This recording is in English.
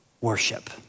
worship